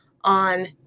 on